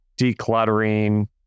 decluttering